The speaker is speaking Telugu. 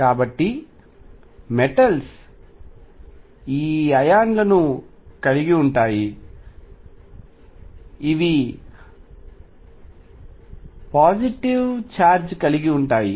కాబట్టి మెటల్స్ ఈ అయాన్లను కలిగి ఉంటాయి ఇవి పాజిటివ్ ఛార్జ్ కలిగి ఉంటాయి